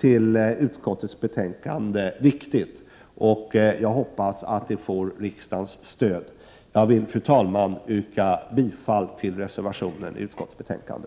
till utskottets betänkande viktigt, och jag hoppas att det får riksdagens stöd. Fru talman! Jag vill yrka bifall till reservationen i utskottets betänkande.